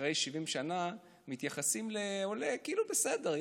אחרי 70 שנה מתייחסים לעולה כאילו: בסדר,